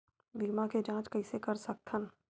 बीमा के जांच कइसे कर सकत हन?